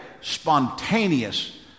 spontaneous